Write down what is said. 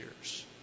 years